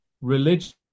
religion